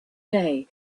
day